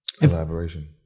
collaboration